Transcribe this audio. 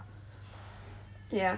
yeah